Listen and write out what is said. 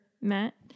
Matt